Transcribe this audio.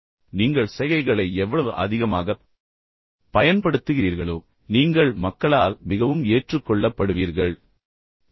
எனவே நீங்கள் சைகைகளை எவ்வளவு அதிகமாகப் பயன்படுத்துகிறீர்களோ எவ்வளவு அதிகமாக நீங்கள் தலையசைக்கிறீர்களோ நீங்கள் மக்களால் மிகவும் ஏற்றுக்கொள்ளப்படுவீர்கள் மேலும் அவர்கள் உங்களை மிகவும் விரும்பத் தொடங்குவார்கள்